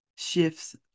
Shifts